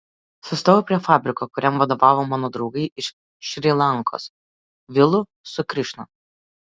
sustojau prie fabriko kuriam vadovavo mano draugai iš šri lankos vilu su krišna